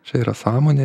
čia yra sąmonė